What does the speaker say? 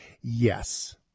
Yes